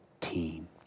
team